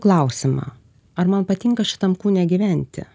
klausimą ar man patinka šitam kūne gyventi